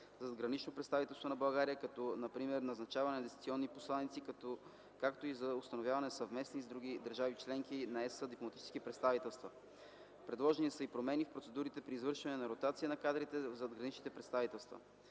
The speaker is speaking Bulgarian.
задграничното представителство на България, като например назначаване на дистанционни посланици, както и за установяване на съвместни с други държави – членки на Европейския съюз, дипломатически представителства. Предложени са и промени в процедурите при извършване на ротация на кадрите в задграничните представителства.